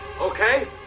Okay